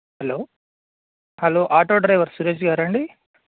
hello hello auto driver Suresh గారా అండి